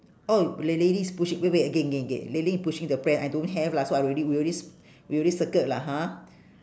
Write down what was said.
oh the lady's pushing wait wait again again again the lady's pushing the pram I don't have lah so I already we already we already circled lah ha